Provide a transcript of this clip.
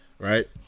right